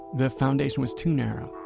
the foundation was too narrow.